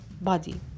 body